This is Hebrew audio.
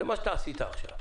זה מה שאתה עשית עכשיו.